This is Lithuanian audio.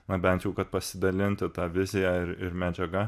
na bent jau kad pasidalinti ta vizija ir ir medžiaga